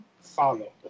follow